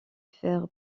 faire